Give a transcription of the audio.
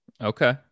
Okay